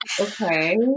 okay